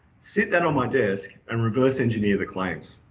sit that on my desk, and reverse engineer the claims.